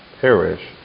perish